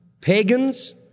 Pagans